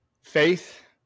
faith